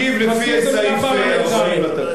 חבר הכנסת והבה, תודה.